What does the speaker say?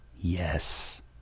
Yes